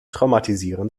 traumatisieren